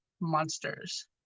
Monsters